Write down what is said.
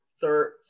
third